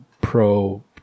pro